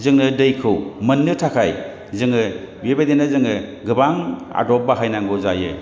जों दैखौ मोननो थाखाय जों बेबायदिनो जों गोबां आदब बाहायनांगौ जायो